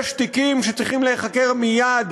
יש תיקים שצריכים להיחקר מייד,